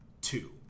two